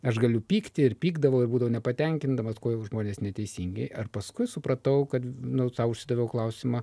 aš galiu pykti ir pykdavau ir būdo nepatenkindamas kodėl žmonės neteisingi ar paskui supratau kad nu sau užsidaviau klausimą